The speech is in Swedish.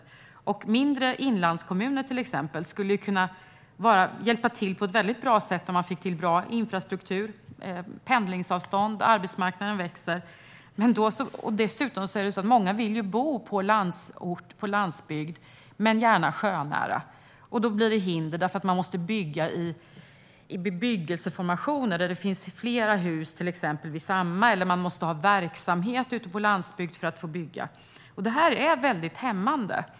I till exempel mindre inlandskommuner skulle det hjälpa till på ett väldigt bra sätt om man fick till bra infrastruktur för pendling, så att arbetsmarknaden växer. Dessutom vill ju många bo i landsort och på landsbygd, men gärna sjönära - och då uppstår hinder. Man måste nämligen bygga i bebyggelseformationer, där det finns flera hus, eller också måste man ha verksamhet ute på landsbygd för att få bygga. Detta är väldigt hämmande.